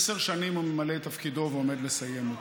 עשר שנים הוא ממלא את תפקידו, ועומד לסיים אותו.